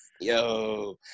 yo